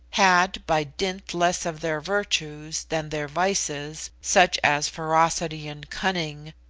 had, by dint less of their virtues than their vices, such as ferocity and cunning,